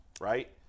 right